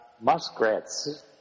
muskrats